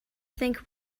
think